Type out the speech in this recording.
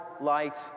light